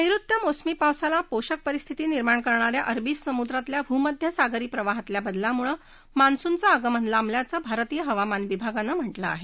नैऋत्य मोसमी पावसाला पोषक परिस्थिती निर्माण करणाऱ्या अरबी समुद्रातल्या भूमध्यसागरी प्रवाहातल्या बदलामुळे मान्सूनचं आगमन लांबल्याचं भारतीय हवामान विभागानं म्हा कें आहे